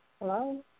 Hello